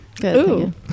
Good